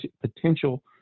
potential